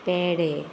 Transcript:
पेडे